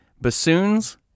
Bassoons